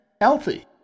healthy